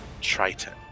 triton